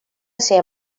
esser